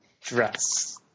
dress